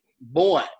Boy